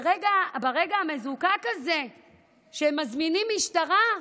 ברגע המזוקק הזה שהם מזמינים משטרה,